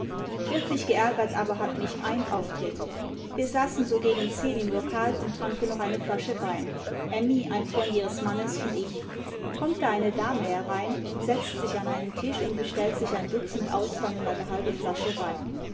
wirklich geärgert aber hat mich ein auftritt wir saßen so gegen zehn im lokal und tranken noch eine flasche wein emmy ein freund ihres mannes imd ich kommt da eine dame herein setzt sich an einen tisch und bestellt sich ein dutzend austern und eine halbe flasche wein